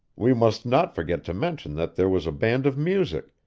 we must not forget to mention that there was a band of music,